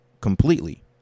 completely